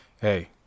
hey